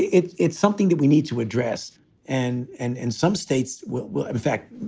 it's it's something that we need to address and and in some states. will will. in fact,